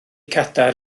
cadair